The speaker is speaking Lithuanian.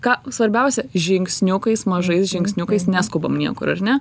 ką svarbiausia žingsniukais mažais žingsniukais neskubam niekur ar ne